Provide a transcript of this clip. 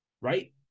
Right